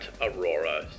Aurora